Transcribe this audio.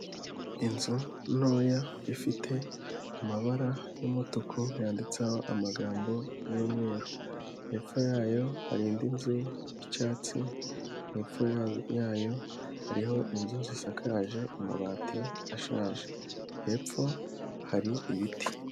Inzu ntoya ifite amabara y'umutuku yanditseho amagambo y'umweru, hepfo yayo hari indi nzu y'icyatsi, hepfo yayo hariho inzu zisakaje amabati ashaje, hepfo hari ibiti.